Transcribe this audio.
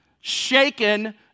shaken